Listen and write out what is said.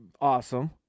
awesome